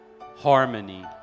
harmony